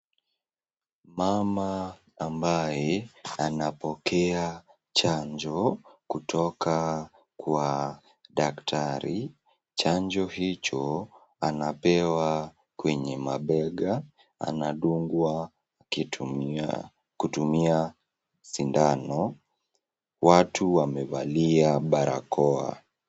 Mama ambaye anapokea chanjo kutoka kwa daktari, chanjo hicho anapewa kwenye mabega, anadungwa kutumia sindano, watu wamevalia barakoa.